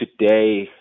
today